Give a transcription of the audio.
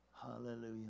Hallelujah